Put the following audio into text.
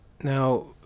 now